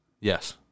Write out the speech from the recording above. Yes